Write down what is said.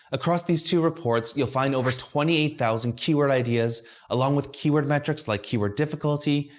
across these two reports, you'll find over twenty eight thousand keyword ideas along with keyword metrics like keyword difficulty,